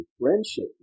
friendship